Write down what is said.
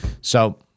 So-